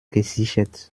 gesichert